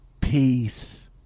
Peace